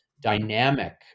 dynamic